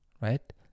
right